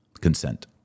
Consent